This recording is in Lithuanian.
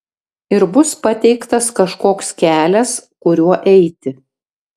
ir bus pateiktas kažkoks kelias kuriuo eiti